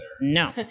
No